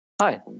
Hi